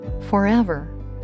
Forever